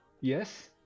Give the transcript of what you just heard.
Yes